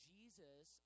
Jesus